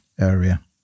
area